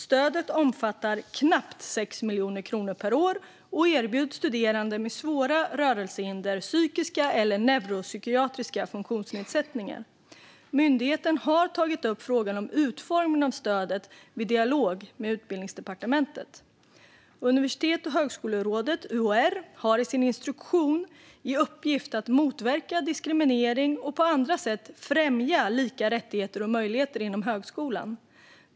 Stödet omfattar knappt 6 miljoner kronor per år och erbjuds studerande med svåra rörelsehinder eller psykiska eller neuropsykiatriska funktionsnedsättningar. Myndigheten har tagit upp frågan om utformningen av stödet vid dialog med Utbildningsdepartementet. Universitets och högskolerådet, UHR, har enligt sin instruktion i uppgift att motverka diskriminering och på andra sätt främja lika rättigheter och möjligheter inom högskolan.